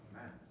Amen